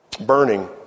burning